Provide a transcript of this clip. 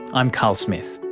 i'm carl smith.